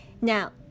Now